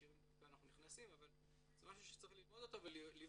שירים דווקא אנחנו נכנסים אבל זה משהו שצריך ללמוד אותו ולבחון